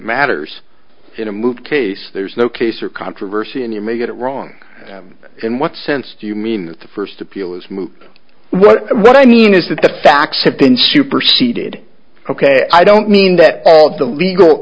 matters in a move case there's no case or controversy and you may get it wrong in what sense do you mean the first appeal is moot well what i mean is that the facts have been superceded ok i don't mean that all the legal